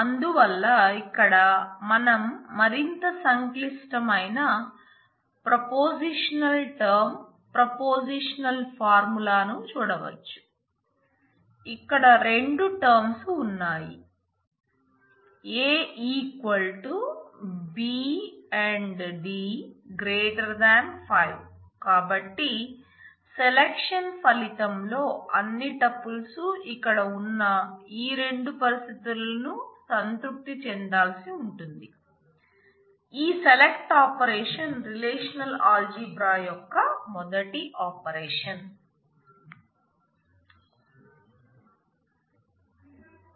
అందువల్ల ఇక్కడ మనం మరింత సంక్లిష్టమైన ప్రొపొజిషనల్ టర్మ్ రిలేషనల్ ఆల్జీబ్రా యొక్క మొదటి ఆపరేషన్